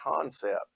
concept